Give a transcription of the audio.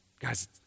Guys